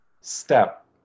step